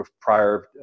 prior